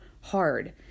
hard